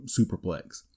superplex